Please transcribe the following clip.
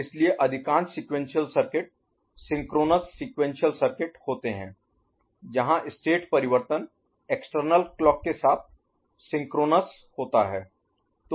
इसलिए अधिकांश sequential circuit synchronous sequential circuit समकालिक अनुक्रमिक सर्किट होते हैं जहां स्टेट स्थिति परिवर्तन एक्सटर्नल क्लॉक External Clock बाहरी घड़ी के साथ सिंक्रोनस Synchronous तुल्यकालिक होता है